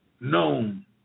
known